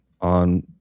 on